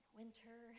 winter